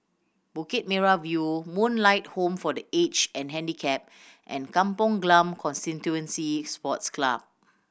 Bukit Merah View Moonlight Home for The Aged and Handicapped and Kampong Glam Constituency Sports Club